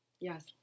Yes